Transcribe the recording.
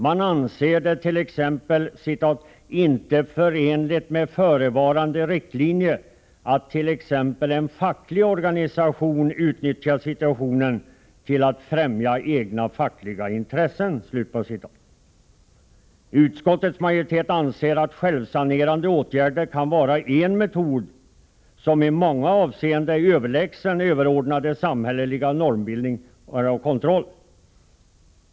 Det står i reservationen att det ”inte anses förenligt med förevarande riktlinje att t.ex. en facklig organisation utnyttjar situationen till att främja egna fackliga intressen”. Utskottets majoritet anser att självsanerande åtgärder kan vara en metod som i många avseenden är överlägsen överordnad samhällelig normbildning och kontroll.